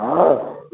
हँ